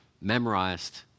memorized